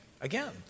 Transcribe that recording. again